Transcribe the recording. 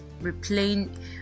replaying